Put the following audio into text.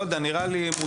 לא יודע, נראה לי מוזר.